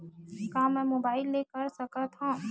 का मै मोबाइल ले कर सकत हव?